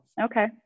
okay